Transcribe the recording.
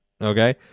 Okay